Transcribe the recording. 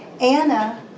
Anna